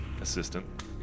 assistant